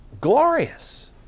glorious